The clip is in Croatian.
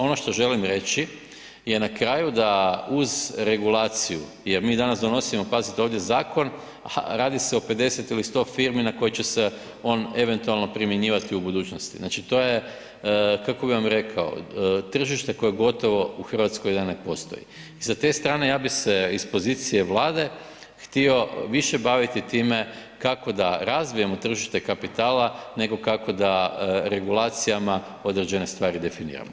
Ono što želim reći je na kraju da uz regulaciju, jer mi danas donosimo pazite ovdje zakon, a radi se o 50 ili 100 firmi na koji će se on eventualno primjenjivati u budućnosti, znači to je, kako bi vam rekao, tržište koje gotovo u RH da ne postoji i sa te strane ja bi se iz pozicije Vlade htio više baviti time kako da razvijamo tržište kapitala, nego kako da regulacijama određene stvari definiramo.